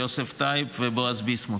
יוסף טייב ובועז ביסמוט.